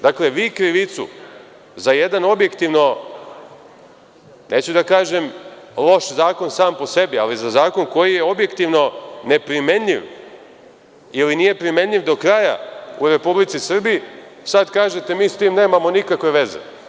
Dakle, vi krivicu za jedan objektivno, neću da kažem loš zakon sam po sebi, ali za zakon koji je objektivno neprimenljiv ili nije primenljiv do kraja u Republici Srbiji sada kažete – mi sa tim nemamo nikakve veze.